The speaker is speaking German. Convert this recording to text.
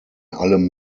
allem